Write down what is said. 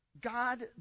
God